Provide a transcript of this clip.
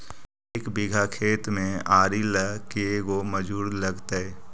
एक बिघा खेत में आरि ल के गो मजुर लगतै?